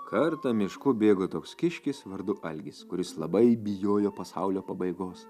kartą mišku bėgo toks kiškis vardu algis kuris labai bijojo pasaulio pabaigos